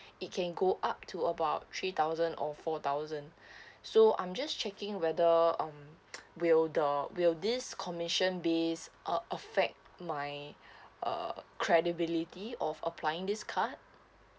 it can go up so about three thousand or four thousand so I'm just checking whether um will the will this commission based uh affect my uh credibility of applying this card